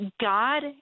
God